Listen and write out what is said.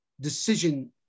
decision